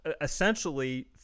essentially